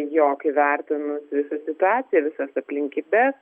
jog įvertinus visą situaciją visas aplinkybes